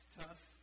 tough